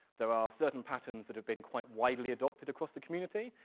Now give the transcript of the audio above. there are certain patterns that have been quite widely adopted across the community,